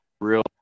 real